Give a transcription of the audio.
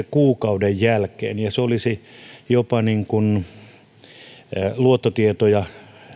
kuukauden jälkeen ja olisi jopa luottotietoja